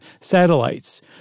satellites